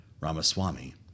Ramaswamy